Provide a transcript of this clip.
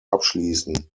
abschließen